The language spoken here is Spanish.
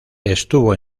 estuvo